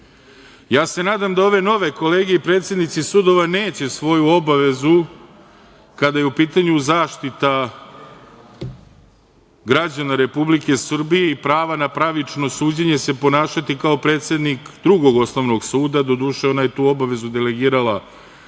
se nadam da ove nove kolege i predsednici sudova neće svoju obavezu, kada je u pitanju zaštita građana Republike Srbije i prava na pravično suđenje i ponašati se kao predsednik Drugog osnovnog suda, do duše, ona je tu obavezu delegirala